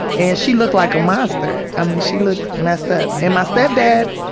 and she looked like a monster, i mean, she looked messed up. and my stepdad,